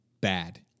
bad